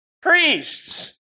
priests